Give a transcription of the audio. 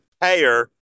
payer